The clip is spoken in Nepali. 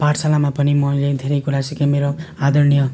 पाठशालामा पनि मैले धेरै कुरा सिकेँ मेरो आदरणीय